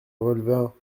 relevant